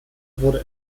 wurde